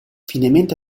finemente